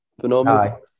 Phenomenal